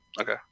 Okay